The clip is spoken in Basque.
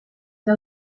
eta